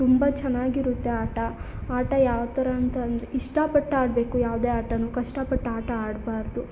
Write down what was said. ತುಂಬ ಚೆನ್ನಾಗಿರುತ್ತೆ ಆಟ ಆಟ ಯಾವ ಥರ ಅಂತ ಅಂದರೆ ಇಷ್ಟಪಟ್ಟು ಆಡಬೇಕು ಯಾವುದೇ ಆಟನೂ ಕಷ್ಟಪಟ್ಟು ಆಟ ಆಡಬಾರ್ದು